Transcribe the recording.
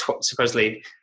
supposedly